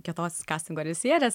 kietos kastingo režisierės